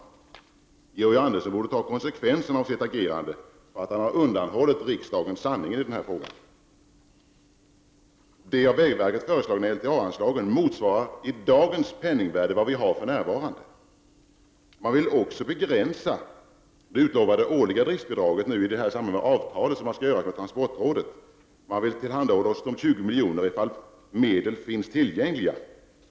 Georg Andersson borde ta konsekvensen av sitt agerande att ha undanhållit riksdagen sanningen i den här frågan. De av vägverket föreslagna LTA-anslagen motsvarar i dagens penningvärde vad vi har för närvarande. Man vill också begränsa det utlovade årliga driftbidraget i det samlade avtal som skall träffas för transportrådet. Man vill tillhandahålla 20 milj.kr. om medel finns tillgängliga.